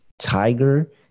Tiger